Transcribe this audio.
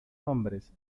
hombres